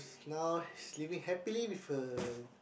now she live happily with a